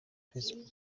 facebook